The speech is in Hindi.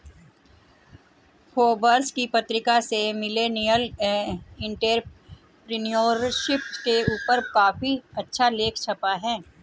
फोर्ब्स की पत्रिका में मिलेनियल एंटेरप्रेन्योरशिप के ऊपर काफी अच्छा लेख छपा है